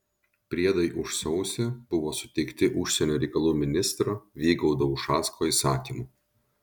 priedai už sausį buvo suteikti užsienio reikalų ministro vygaudo ušacko įsakymu